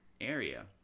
area